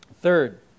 Third